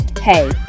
Hey